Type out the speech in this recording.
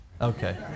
Okay